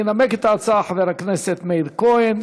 ינמק את ההצעה חבר הכנסת מאיר כהן,